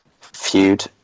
feud